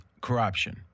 corruption